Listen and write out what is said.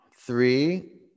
three